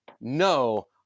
No